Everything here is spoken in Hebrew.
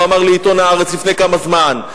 הוא אמר לעיתון "הארץ" לפני כמה זמן,